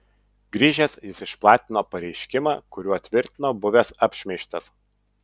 grįžęs jis išplatino pareiškimą kuriuo tvirtino buvęs apšmeižtas